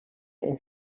این